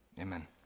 Amen